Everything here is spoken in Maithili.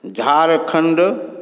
झारखण्ड